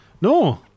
No